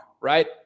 right